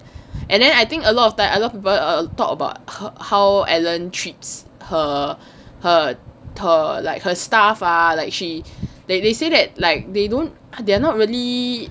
and then I think a lot of time a lot of people talk about how ellen treats her her her like her staff ah like she did they say that like they don't they're not really